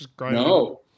No